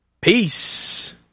Peace